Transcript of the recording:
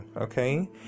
okay